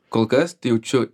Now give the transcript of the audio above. kol kas jaučiu